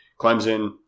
Clemson